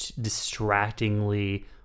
distractingly